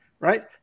Right